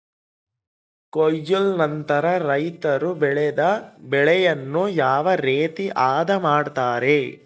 ಕೊಯ್ಲು ನಂತರ ರೈತರು ಬೆಳೆದ ಬೆಳೆಯನ್ನು ಯಾವ ರೇತಿ ಆದ ಮಾಡ್ತಾರೆ?